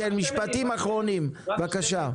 משפטים אחרונים, בבקשה.